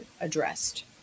addressed